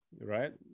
right